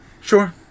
Sure